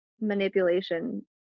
manipulation